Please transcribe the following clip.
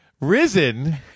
Risen